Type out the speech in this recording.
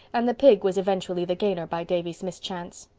and the pig was eventually the gainer by davy's mischance.